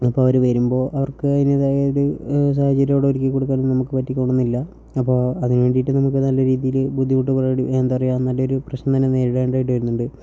അപ്പോൾ അവർ വരുമ്പോൾ അവർക്ക് അതിൻ്റേതായ ഒരു സാഹചര്യത്തോടെ ഒരുക്കിക്കൊടുക്കാനും നമുക്ക് പറ്റിക്കൊള്ളണം എന്നില്ല അപ്പോൾ അതിനുവേണ്ടിയിട്ട് നമുക്ക് നല്ല രീതിയിൽ ബുദ്ധിമുട്ട് എന്താ പറയുക നല്ലൊരു പ്രശ്നം തന്നെ നേരിടേണ്ടതായിട്ട് വരുന്നുണ്ട്